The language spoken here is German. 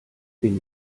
bin